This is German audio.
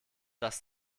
dass